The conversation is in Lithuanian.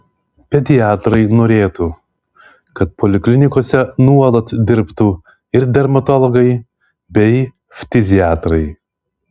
pediatrai norėtų kad poliklinikose nuolat dirbtų ir dermatologai bei ftiziatrai